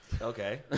Okay